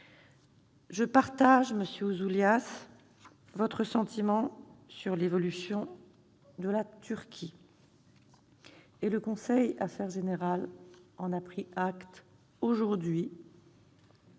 Je partage, monsieur Ouzoulias, votre sentiment sur l'évolution de la Turquie. Le conseil des affaires générales en a pris acte aujourd'hui